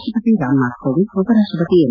ರಾಷ್ಷಪತಿ ರಾಮನಾಥ್ ಕೋವಿಂದ್ ಉಪರಾಷ್ಷಪತಿ ಎಂ